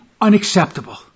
unacceptable